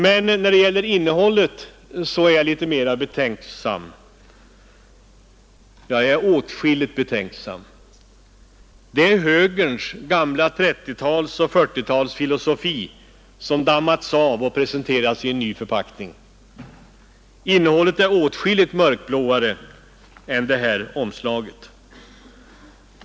Men när det gäller innehållet är jag mera betänksam — för att inte säga åtskilligt betänksam. Det är högerns gamla 1930-tals och 1940-talsfilosofi som dammats av och presenterats i en ny förpackning. Innehållet är åtskilligt mörkblåare än omslaget.